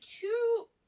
two